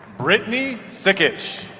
brittany sikich.